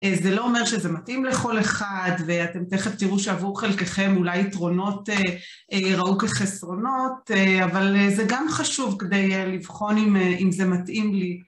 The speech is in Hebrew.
זה לא אומר שזה מתאים לכל אחד ואתם תכף תראו שעבור חלקכם אולי יתרונות יראו כחסרונות, אבל זה גם חשוב כדי לבחון אם זה מתאים לי.